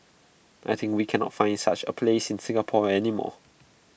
I think we cannot find such A place in Singapore any more